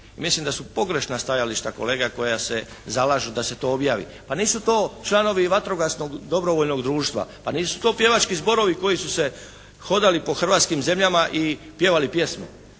Mislim da su pogrešna stajališta kolega koja se zalažu da se to objavi. Pa nisu to članovi vatrogasnog dobrovoljnog društva. Pa nisu to pjevački zborovi koji su se hodali po hrvatskim zemljama i pjevali pjesme.